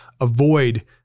avoid